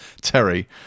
terry